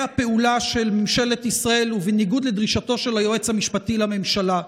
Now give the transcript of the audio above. הפעולה של ממשלת ישראל ובניגוד לדרישתו של היועץ המשפטי לממשלה.